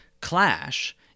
clash